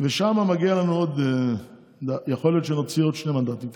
יכול להיות שנוציא עוד שתי מדליות.